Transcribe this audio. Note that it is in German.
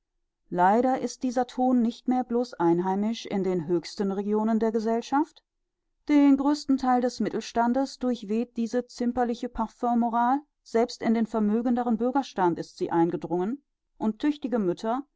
leider ist dieser ton nicht mehr blos einheimisch in den höchsten regionen der gesellschaft den größten theil des mittelstandes durchweht diese zimperliche parfummoral selbst in den vermögenderen bürgerstand ist sie eingedrungen und tüchtige mütter